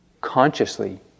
consciously